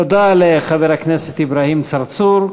תודה לחבר הכנסת אברהים צרצור.